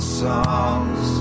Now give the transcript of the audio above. songs